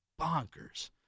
bonkers